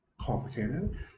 complicated